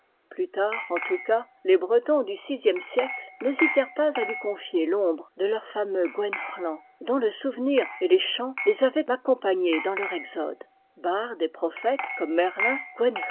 plus tard en tout cas les bretons du sixième siècle n'hésitèrent pas à lui confier l'ombre de leur fameux gwenc'hlan dont le souvenir et les chants les avaient accompagnés dans leur exode barde et prophète comme merlin